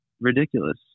ridiculous